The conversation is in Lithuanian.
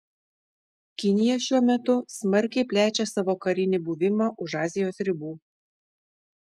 kinija šiuo metu smarkiai plečia savo karinį buvimą už azijos ribų